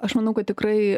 aš manau kad tikrai